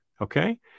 Okay